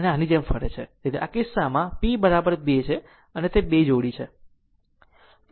તેથી અહીં આ કિસ્સામાં p બરાબર 2 છે તે બે જોડી છે